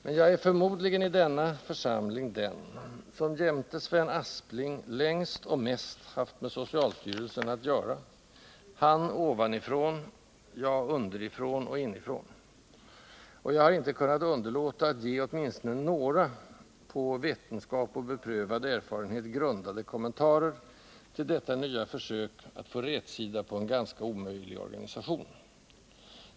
Men jag är förmodligen i denna församling den som jämte Sven Aspling längst och mest haft med socialstyrelsen att göra, han ovanifrån, jag underifrån och inifrån, och jag har inte kunnat underlåta att ge åtminstone några på ”vetenskap och beprövad erfarenhet” grundade kommentarer till detta nya försök att få rätsida på en ganska omöjlig organisation.